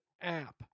app